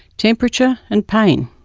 temperature and pain.